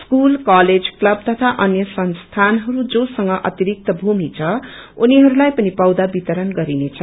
school college club तथा अन्य संस्थानहरू जोसंग अतिरिक्त भूमि छ उनीहरूलाई पनि पौषा वितरण गरिनेछ